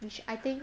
which I think